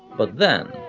but then,